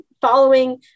following